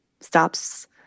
stops